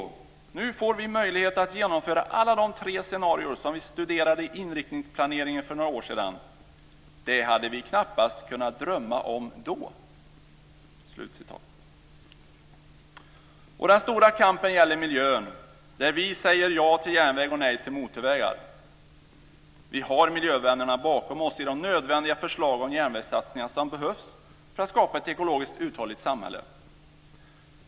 Nu får vi möjlighet att genomföra alla de tre scenarier som vi studerade i inriktningsplaneringen för några år sedan. Det hade vi knappast kunnat drömma om då." Den stora kampen gäller miljön, där vi säger ja till järnväg och nej till motorvägar. Vi har miljövännerna bakom oss i de nödvändiga förslag om järnvägssatsningar som behövs för att skapa ett ekologiskt uthålligt samhälle.